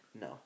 No